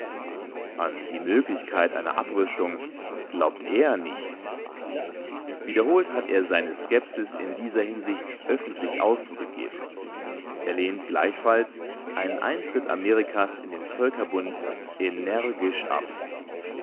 an die möglichkeit einer abrüstung glaubt er nicht wiederholt hat er seiner skepsis in dieser hinsicht öffentlich ausdruck gegeben er lehnt gleichfalls einen eintritt amerikas in den völkerbund energisch ab